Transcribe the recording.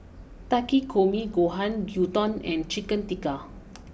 Takikomi Gohan Gyudon and Chicken Tikka